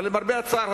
אבל למרבה הצער,